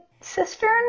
cistern